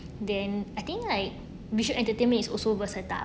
then I think like visual entertainment is also versatile